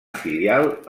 filial